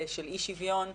של אי שוויון.